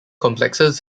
complexes